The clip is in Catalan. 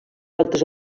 altres